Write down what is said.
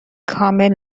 کامل